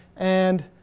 and.